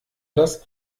das